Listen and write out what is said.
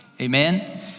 amen